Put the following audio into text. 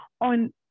on